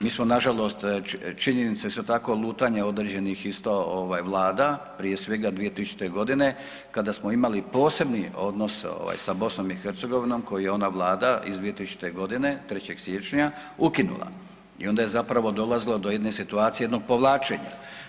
Mi smo nažalost činjenice su tako lutanja određenih isto vlada prije svega 2000. godine kada smo imali posebni odnos sa BiH koji je ona vlada iz 2000.g. 3. siječnja ukinula i onda je zapravo dolazilo do jedne situacije jednog povlačenja.